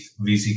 VC